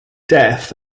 death